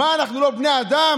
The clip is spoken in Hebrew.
מה אנחנו לא בני אדם?